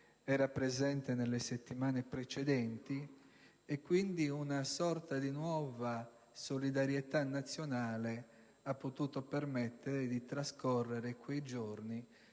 a quello delle settimane precedenti, e quindi una sorta di nuova solidarietà nazionale ha permesso di trascorrere quei giorni